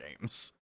games